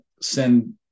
send